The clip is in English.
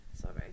sorry